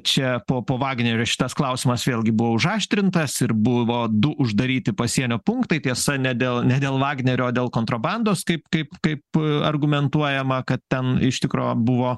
čia po po vagnerio šitas klausimas vėlgi buvo užaštrintas ir buvo du uždaryti pasienio punktai tiesa ne dėl ne dėl vagnerio o dėl kontrabandos kaip kaip kaip argumentuojama kad ten iš tikro buvo